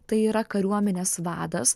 tai yra kariuomenės vadas